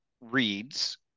reads